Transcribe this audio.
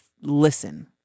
listen